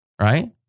right